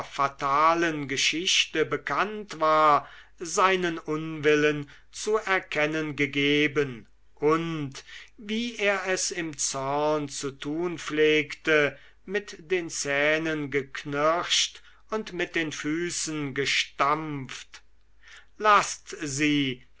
fatalen geschichte bekannt war seinen unwillen zu erkennen gegeben und wie er es im zorn zu tun pflegte mit den zähnen geknirscht und mit den füßen gestampft laßt sie